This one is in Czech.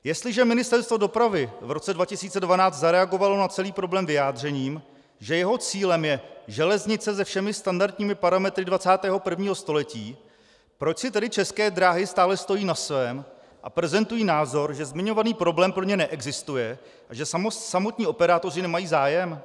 Jestliže Ministerstvo dopravy v roce 2012 zareagovalo na celý problém vyjádřením, že jeho cílem je železnice se všemi standardními parametry 21. století, proč si tedy České dráhy stále stojí na svém a prezentují názor, že zmiňovaný problém pro ně neexistuje a že samotní operátoři nemají zájem?